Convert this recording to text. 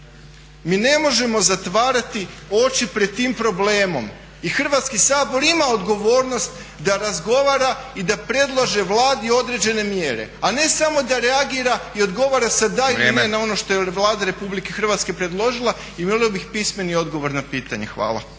Mi ne možemo zatvarati oči pred tim problemom i Hrvatski sabor ima odgovornost da razgovara i da predlaže Vladi određene mjere, a ne samo da reagira i odgovara sa da ili ne na ono što je Vlada Republike Hrvatske predložila i volio bi pismeni odgovor na pitanje. Hvala.